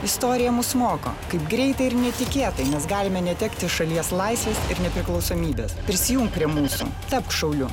istorija mus moko kaip greitai ir netikėtai mes galime netekti šalies laisvės ir nepriklausomybės prisijunk prie mūsų tapk šauliu